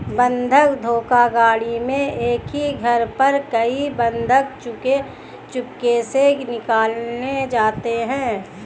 बंधक धोखाधड़ी में एक ही घर पर कई बंधक चुपके से निकाले जाते हैं